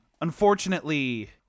Unfortunately